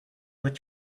what